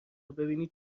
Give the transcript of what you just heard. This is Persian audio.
ببینید